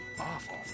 awful